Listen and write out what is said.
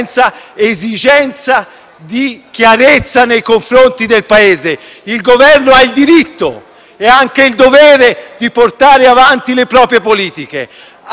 e anche il dovere di portare avanti le proprie politiche, anche sull'immigrazione. Sono politiche che il Partito Democratico non condivide, ma questo diritto il Governo ce l'ha.